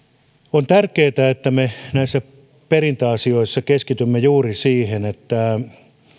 on tärkeää että me näissä perintäasioissa keskitymme juuri siihen että